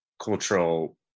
cultural